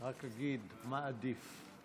רק אגיד, מה עדיף: